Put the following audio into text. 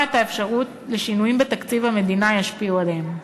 את האפשרות ששינויים בתקציב המדינה ישפיעו עליהם.